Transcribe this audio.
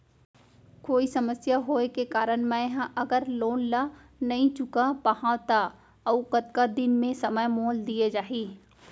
कोई समस्या होये के कारण मैं हा अगर लोन ला नही चुका पाहव त अऊ कतका दिन में समय मोल दीये जाही?